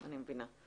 אני מבינה.